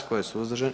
Tko je suzdržan?